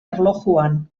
erlojuan